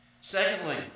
Secondly